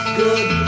good